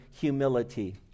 humility